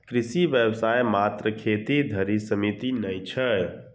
कृषि व्यवसाय मात्र खेती धरि सीमित नै छै